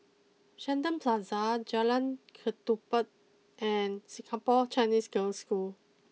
Shenton Plaza Jalan Ketumbit and Singapore Chinese Girls' School